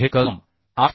हे कलम 8